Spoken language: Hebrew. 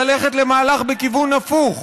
ללכת למהלך בכיוון הפוך,